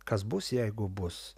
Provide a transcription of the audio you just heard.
kas bus jeigu bus